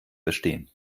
verstehen